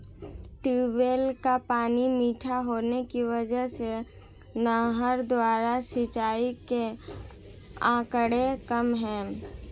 tubewell का पानी मीठा होने की वजह से नहर द्वारा सिंचाई के आंकड़े कम है